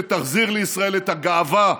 שתחזיר לישראל את הגאווה,